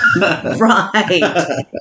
Right